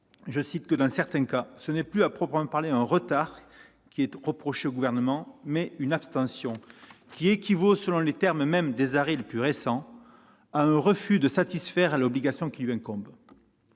ce titre que, dans certains cas, « ce n'est plus à proprement parler un retard qui est reproché au Gouvernement, mais une abstention qui équivaut, selon les termes mêmes des arrêts les plus récents, à un refus de satisfaire à l'obligation qui lui incombe